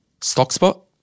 Stockspot